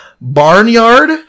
barnyard